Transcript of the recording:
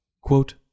Quote